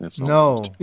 No